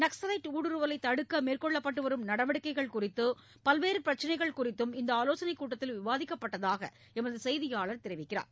நக்ஸலைட் ஊடுருவலை தடுக்க மேற்கொள்ளப்பட்டு வரும் நடவடிக்கைகள் குறித்து பல்வேறு பிரச்சினைகள் குறித்து இந்த ஆலோசனைக் கூட்டத்தில் விவாதிக்கப்பட்டதாக எமது செய்தியாளர் தெரிவிக்கிறார்